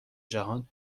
جهان